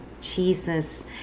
jesus